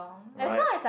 right